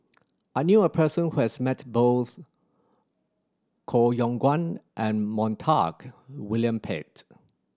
I knew a person who has met both Koh Yong Guan and Montague William Pett